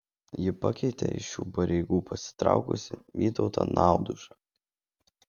ji pakeitė iš šių pareigų pasitraukusi vytautą naudužą